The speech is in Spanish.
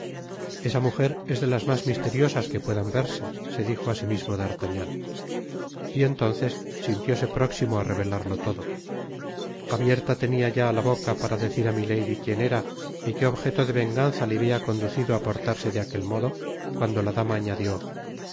esa mujer es de las mas misteriosas que puedan verse se dijo á si mismo d'artagnan y entonces sintióse próximo á revelarlo todo abierta tenia ya la boca para decir k milady quién era y que objeto de venganza le babia conducido á portarse de aquel modo cuando la dama añadió